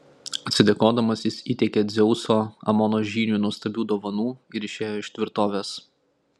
atsidėkodamas jis įteikė dzeuso amono žyniui nuostabių dovanų ir išėjo iš tvirtovės